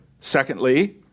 Secondly